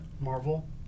Marvel